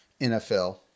NFL